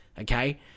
okay